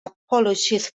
apologise